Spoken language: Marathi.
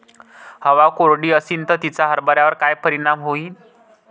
हवा कोरडी अशीन त तिचा हरभऱ्यावर काय परिणाम होईन?